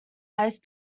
highest